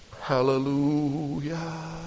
Hallelujah